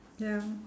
ya